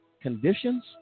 conditions